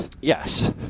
Yes